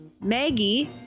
Maggie